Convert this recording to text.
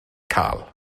cael